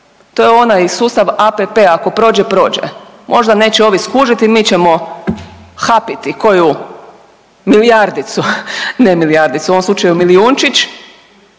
to je onaj susta app ako prođe prođe, možda neće ovi skužiti, mi ćemo hapiti koju milijardicu, ne milijardicu, u ovom slučaju milijunčić,